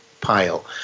pile